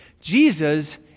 Jesus